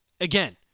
again